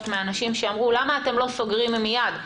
מאנשים שאמרו: למה אתם לא סוגרים מיד?